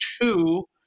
two